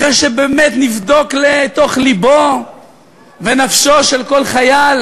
אחרי שבאמת נבדוק לתוך לבו ונפשו של כל חייל,